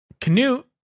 Canute